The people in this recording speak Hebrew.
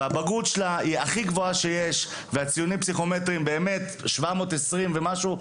הבגרות שלה היא הכי גבוהה והציונים הפסיכומטריים הם 720 ומשהו.